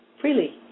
freely